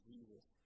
Jesus